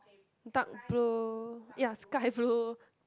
dark blue ya sky blue